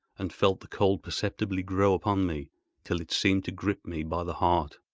and felt the cold perceptibly grow upon me till it seemed to grip me by the heart.